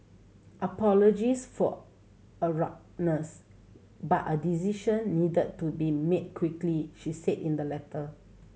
apologies for but a decision needed to be made quickly she said in the letter